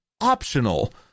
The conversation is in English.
optional